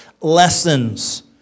lessons